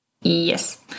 Yes